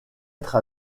être